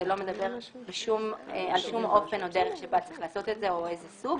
זה לא מדבר על שום אופן או דרך שבהם צריך לעשות את זה או איזה סוג.